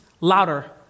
louder